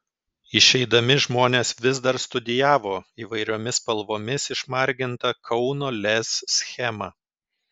išeidami žmonės vis dar studijavo įvairiomis spalvomis išmargintą kauno lez schemą